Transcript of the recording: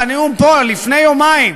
בנאום פה לפני יומיים,